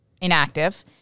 inactive